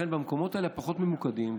המקומות הללו פחות ממוקדים.